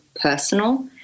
personal